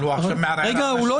אבל הוא עכשיו מערער על --- חברים,